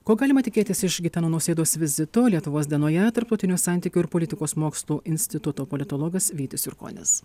ko galima tikėtis iš gitano nausėdos vizito lietuvos dienoje tarptautinių santykių ir politikos mokslų instituto politologas vytis jurkonis